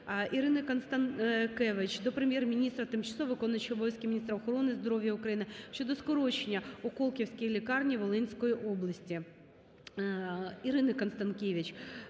Ірини Констанкевич до Прем'єр-міністра України, тимчасово виконуючої обов'язки міністра охорони здоров'я України щодо скорочення в Колківській лікарні Волинської області.